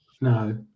no